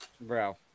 Bro